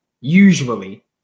usually